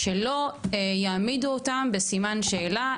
שלא יעמידו אותם בסימן שאלה,